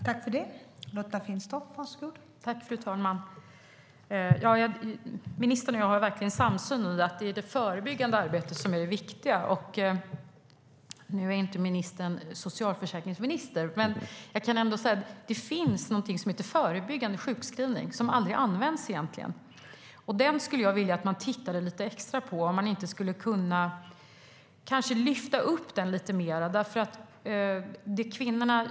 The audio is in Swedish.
Fru talman! Ministern och jag har verkligen en samsyn i att det förebyggande arbetet är det viktiga. Nu är ministern inte socialförsäkringsminister, men jag kan ändå nämna att det finns någonting som heter förebyggande sjukskrivning, men det används egentligen aldrig. Den skulle jag vilja att man tittade lite extra på för att se om man kanske kunde lyfta upp den lite mer.